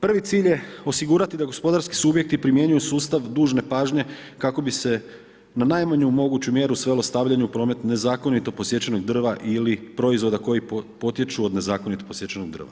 Prvi cilj je osigurati da gospodarski subjekti primjenjuju sustav dužne pažnje kako bi se na najmanju moguću mjeru svelo stavljanje u promet nezakonito posjećenog drva ili proizvoda koji potječu od nezakonito posjećenog drva.